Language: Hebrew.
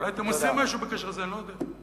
אולי אתם עושים משהו בקשר לזה, אני לא יודע.